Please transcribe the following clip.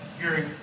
hearing